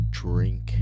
drink